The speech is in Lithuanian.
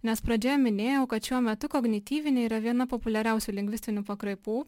nes pradžioje minėjau kad šiuo metu kognityviniai yra viena populiariausių lingvistinių pakraipų